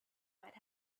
might